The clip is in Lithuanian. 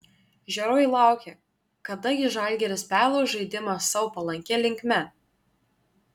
žiūrovai laukė kada gi žalgiris perlauš žaidimą sau palankia linkme